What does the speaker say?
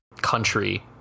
country